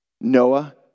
Noah